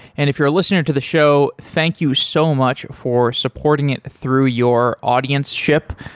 and if you're a listener to the show, thank you so much for supporting it through your audienceship.